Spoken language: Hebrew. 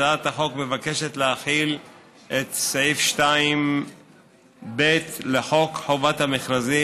הצעת החוק מבקשת להחיל את סעיף 2(ב) לחוק חובת המכרזים,